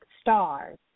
stars